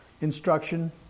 instruction